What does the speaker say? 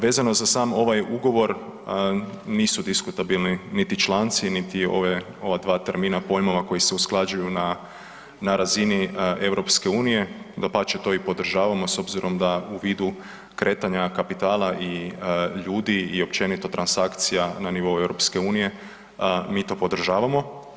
Vezano za sam ovaj ugovor, nisu diskutabilni niti članici niti ova dva termina, pojmova koja se usklađuju na razini EU, dapače, to i podržavamo, s obzirom da u vidu kretanja kapitala i ljudi i općenito transakcija na nivou EU, mi to podržavamo.